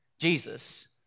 Jesus